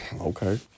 Okay